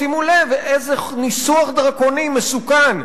שימו לב איזה ניסוח דרקוני מסוכן,